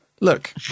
Look